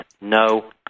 no